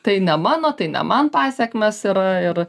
tai ne mano tai ne man pasekmės yra ir